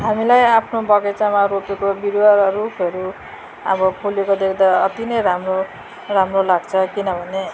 हामीलाई आफ्नो बगैँचामा रोपेको बिरुवा रुखहरू अब फुलेको देख्दा अति नै राम्रो राम्रो लाग्छ किनभने